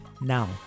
now